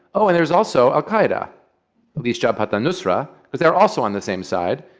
oh, and there's also al qaeda, at least jabhat al-nusra. but they're also on the same side,